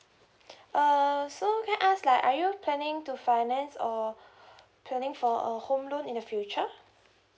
uh so can I ask like are you planning to finance or planning for a home loan in the future